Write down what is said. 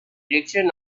direction